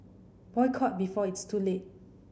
boycott before it's too late